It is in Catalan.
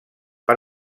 per